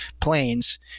planes